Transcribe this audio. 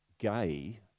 Gay